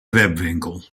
webwinkel